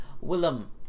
Willem